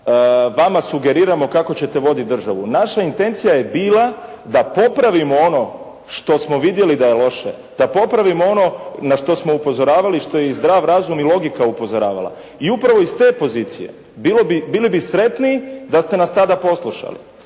vama sugeriramo kako ćete voditi državu. Naša intencija je bila da popravimo ono što smo vidjeli što je loše, da popravimo ono na što smo upozoravali i što je i zdrav razum i logika upozoravala. I upravo iz te pozicije bili bi sretniji da ste nas tada poslušali,